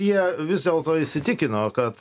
jie vis dėlto įsitikino kad